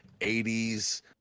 80s